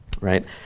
right